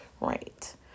right